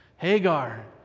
Hagar